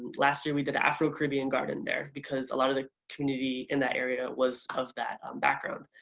last year we did an afro-caribbean garden there because a lot of the community in that area was of that background.